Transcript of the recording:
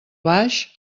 baix